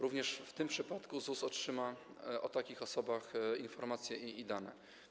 Również w tym przypadku ZUS otrzyma o takich osobach informacje i dane.